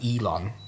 Elon